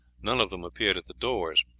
none of them appeared at the doors,